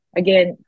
again